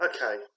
Okay